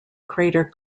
crater